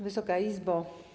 Wysoka Izbo!